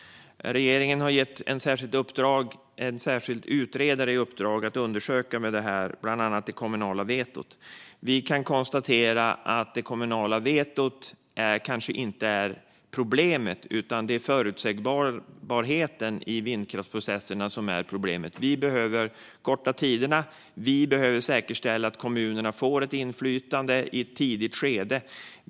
Regeringen gav en särskild utredare i uppdrag att undersöka bland annat det kommunala vetot. Vi kan konstatera att det kommunala vetot kanske inte är problemet, utan det är förutsägbarheten i vindkraftsprocesserna som är problemet. Vi behöver korta tiderna och säkerställa att kommunerna får inflytande i ett tidigt skede.